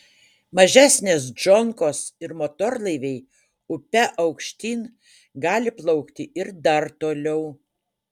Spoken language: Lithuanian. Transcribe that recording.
mažesnės džonkos ir motorlaiviai upe aukštyn gali plaukti ir dar toliau